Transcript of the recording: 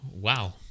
Wow